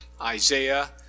Isaiah